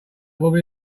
woman